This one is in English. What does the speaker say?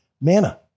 Manna